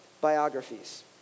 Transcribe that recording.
biographies